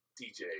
DJ